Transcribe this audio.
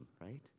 Right